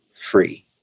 Free